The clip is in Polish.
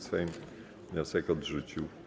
Sejm wniosek odrzucił.